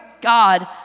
God